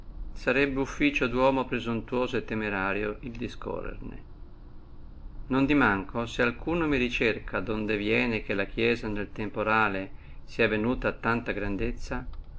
sarebbe offizio di uomo prosuntuoso e temerario discorrerne non di manco se alcuno mi ricercassi donde viene che la chiesia nel temporale sia venuta a tanta grandezza